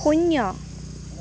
শূন্য